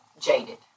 jaded